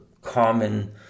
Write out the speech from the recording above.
common